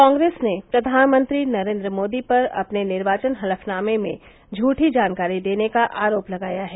कांग्रेस ने प्रधानमंत्री नरेन्द्र मोदी पर अपने निर्वाचन हलफनामे में झूठी जानकारी देने का आरोप लगाया है